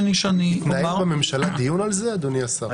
יתקיים בממשלה דיון על זה, אדוני השר?